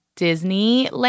disney